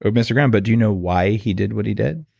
ah mr. graham, but do you know why he did what he did?